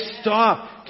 stop